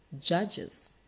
judges